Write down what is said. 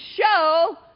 show